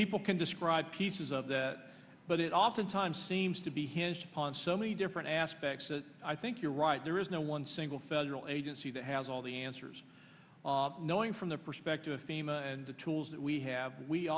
people can describe pieces of that but it oftentimes seems to be hinged upon so many different aspects that i think you're right there is no one single federal agency that has all the answers knowing from their perspective a famous the tools that we have we